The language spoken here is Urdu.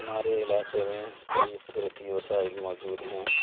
ہمارے علاقے میں کئی قدرتی وسائل موجود ہیں